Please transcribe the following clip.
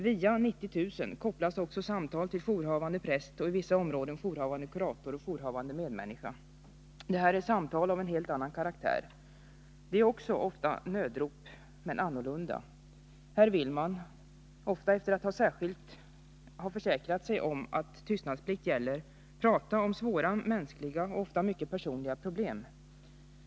Via telefonnumret 90 000 kopplas också samtal till jourhavande präst och i vissa områden jourhavande kurator och jourhavande medmänniska. Det här är samtal av en helt annan karaktär. Det är också ofta nödanrop, men annorlunda. Här vill man, ofta efter att särskilt ha försäkrat sig om att tystnadsplikt gäller, prata om svåra mänskliga och ofta mycket personliga problem.